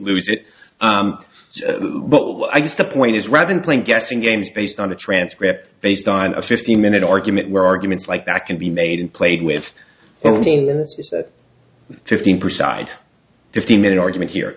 lose it but i guess the point is rather than playing guessing games based on a transcript based on a fifteen minute argument where arguments like that can be made and played with fifteen personified fifteen minute argument here